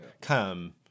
come